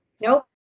Nope